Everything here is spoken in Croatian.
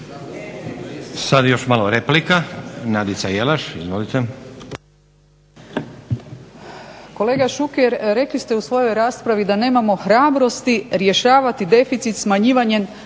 Sad još malo replika. Nadica Jelaš izvolite.